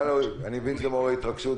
אני מבין שזה מעורר התרגשות.